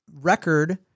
record